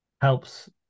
helps